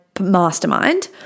mastermind